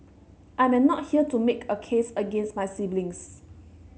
I am not here to make a case against my siblings